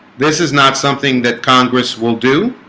this is not something that congress will do